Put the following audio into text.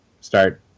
start